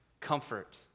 comfort